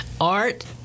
Art